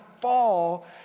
fall